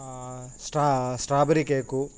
straw strawberry cake